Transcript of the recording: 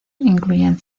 incluyen